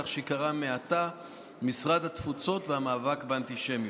כך שייקרא מעתה משרד התפוצות והמאבק באנטישמיות.